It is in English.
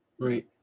Right